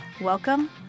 Welcome